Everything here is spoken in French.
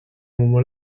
moment